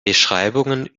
beschreibungen